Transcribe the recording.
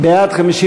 בעד,